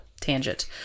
tangent